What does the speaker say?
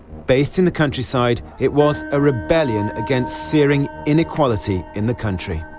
based in the countryside, it was a rebellion against searing inequality in the country.